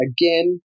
again